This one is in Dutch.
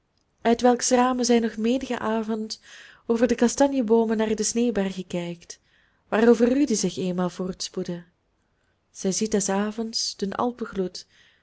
uit welks ramen zij nog menigen avond over de kastanjeboomen naar de sneeuwbergen kijkt waarover rudy zich eenmaal voortspoedde zij ziet des avonds den